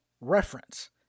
reference